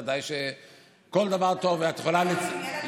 בוודאי שלכל דבר טוב את יכולה להצטרף,